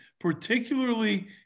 particularly